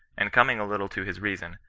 and coming a little to his reason,